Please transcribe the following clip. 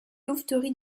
louveterie